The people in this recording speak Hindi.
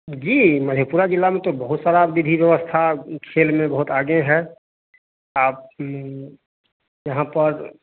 जी मधेपुरा जिला में तो बहुत सारा विधी व्यवस्था खेल में बहुत आगे हैं आप यहाँ पर